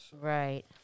right